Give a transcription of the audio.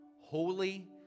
holy